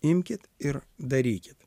imkit ir darykit